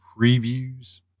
previews